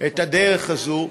את הדרך הזאת.